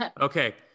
Okay